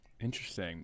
Interesting